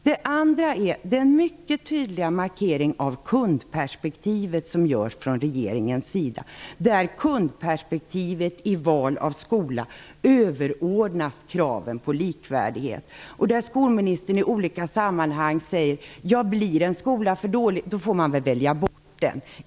Det andra är den mycket tydliga markering av kundperspektivet som görs från regeringens sida. Kundperspektivet vid val av skola överordnas kraven på likvärdighet. Skolministern säger i olika sammanhang att man, om en skola blir för dålig, får välja bort den.